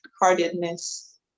heartedness